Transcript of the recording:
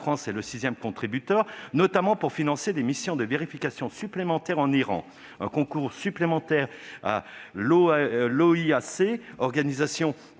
est le sixième contributeur, notamment pour financer des missions de vérification supplémentaires en Iran. Un concours supplémentaire à l'Organisation